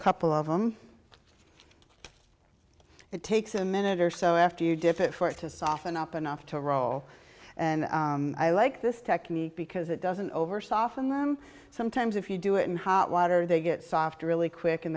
couple of them it takes a minute or so after you different for it to soften up enough to roll and i like this technique because it doesn't over soften them sometimes if you do it in hot water they get soft really quick and